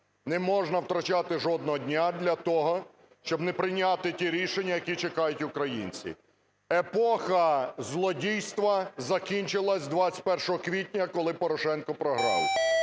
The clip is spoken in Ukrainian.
Не можна втрачати жодного дня для того, щоб не прийняти ті рішення, які чекають українці. Епоха злодійства закінчилась 21 квітня, коли Порошенко програв.